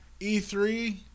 E3